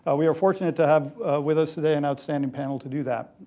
ah we are fortunate to have with us today an outstanding panel to do that.